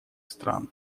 стран